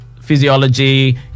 physiology